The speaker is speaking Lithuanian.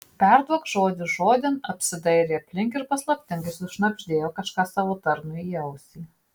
perduok žodis žodin apsidairė aplink ir paslaptingai sušnabždėjo kažką savo tarnui į ausį